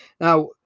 Now